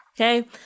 Okay